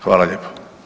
Hvala lijepo.